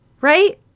Right